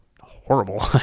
horrible